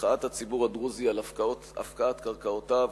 מחאת הציבור הדרוזי על הפקעת קרקעותיו,